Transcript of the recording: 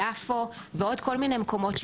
יפו ועוד כל מיני מקומות,